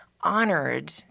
honored